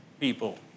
people